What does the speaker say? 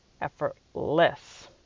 effortless